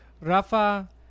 rafa